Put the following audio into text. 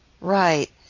Right